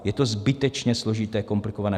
Je to zbytečně složité, komplikované.